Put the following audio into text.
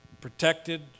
protected